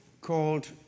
called